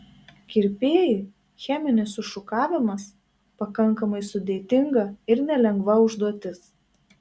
kirpėjui cheminis sušukavimas pakankamai sudėtinga ir nelengva užduotis